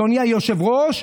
אדוני היושב-ראש,